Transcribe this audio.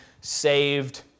saved